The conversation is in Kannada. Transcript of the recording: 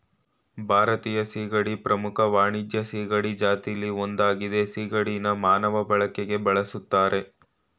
ಭಾರತೀಯ ಸೀಗಡಿ ಪ್ರಮುಖ ವಾಣಿಜ್ಯ ಸೀಗಡಿ ಜಾತಿಲಿ ಒಂದಾಗಯ್ತೆ ಸಿಗಡಿನ ಮಾನವ ಬಳಕೆಗೆ ಬಳುಸ್ತರೆ